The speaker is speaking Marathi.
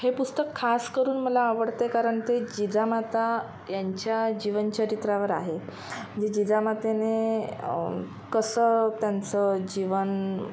हे पुस्तक खास करून मला आवडते कारण ते जिजामाता यांच्या जीवनचरित्रावर आहे जे जिजामातेने कसं त्यांचं जीवन